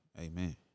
Amen